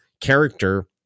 character